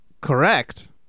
correct